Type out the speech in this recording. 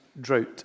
drought